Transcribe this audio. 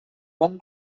one